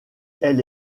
elle